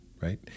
Right